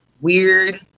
weird